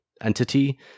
entity